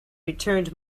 returned